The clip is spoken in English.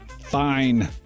Fine